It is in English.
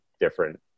different